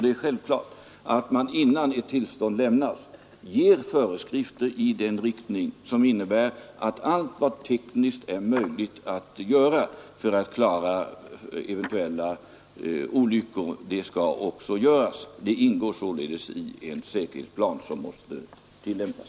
Det är självklart att man innan tillstånd lämnas ger föreskrifter i den riktning som innebär att allt vad som är tekniskt möjligt att göra för att klara eventuella olyckor också skall göras. De ingår således i en säkerhetsplan som måste tillämpas.